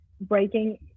breaking